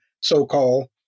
so-called